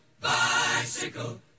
bicycle